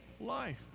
life